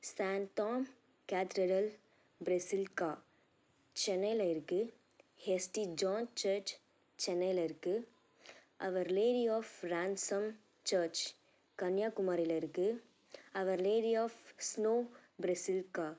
Santhome cathedral basilica சென்னையில் இருக்குது ஹெஸ்டின் ஜான் சர்ச் சென்னையில் இருக்குது our lady of ransom church கன்னியாகுமாரில இருக்குது our lady of snow basilica